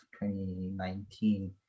2019